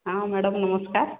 ହଁ ମ୍ୟାଡ଼ାମ୍ ନମସ୍କାର